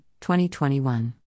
2021